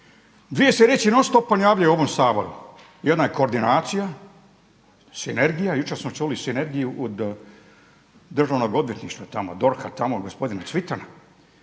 Dvije riječi se non stop ponavljaju u ovom Saboru. Jedna je koordinacija, sinergija. Jučer smo čuli sinergiju od Državnog odvjetništva tamo, DORH-a tamo gospodina Cvitana.